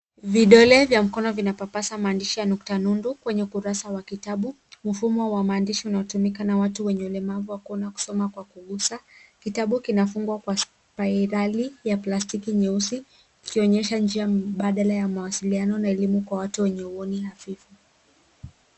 Vidole vya mkono vinapapasa maandishi na nukta nundu kwenye kurasa wa kitabu mfumo wa maandishi unaotumika na watu wenye ulemavu wa kuona kusoma kwa kugusa. Kitabu kinafungwa kwa spirali ya plastiki nyeusi ikionyesha njia mbadala ya mawasilianao na elimu kwa watu wenye huoni hafifu.